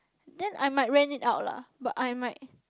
then I might rent it out lah but I might